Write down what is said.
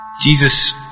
Jesus